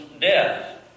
death